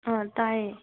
ꯇꯥꯏꯌꯦ